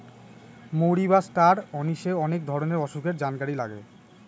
মৌরি বা ষ্টার অনিশে অনেক ধরনের অসুখের জানকারি লাগে